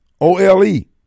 O-L-E